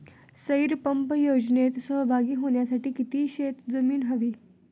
सौर पंप योजनेत सहभागी होण्यासाठी किती शेत जमीन हवी?